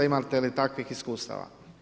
Imate li takvih iskustava?